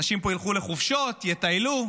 אנשים פה ילכו לחופשות, יטיילו,